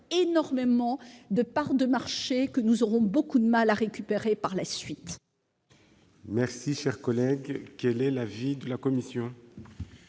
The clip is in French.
énormément de parts de marché que nous aurons beaucoup de mal à récupérer par la suite.